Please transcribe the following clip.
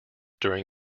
during